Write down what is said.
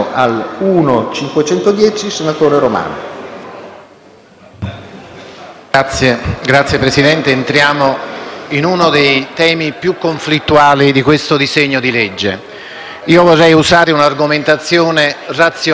Signor Presidente, entriamo in uno dei temi più conflittuali di questo disegno di legge. Io vorrei usare una argomentazione razionale, sostanziale, non formale né strumentale.